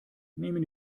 nehmen